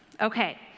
okay